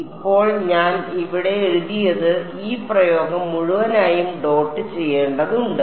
അതിനാൽ ഇപ്പോൾ ഞാൻ ഇവിടെ എഴുതിയത് ഈ പ്രയോഗം മുഴുവനായും ഡോട്ട് ചെയ്യേണ്ടതുണ്ട്